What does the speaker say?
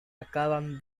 acaban